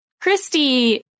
Christy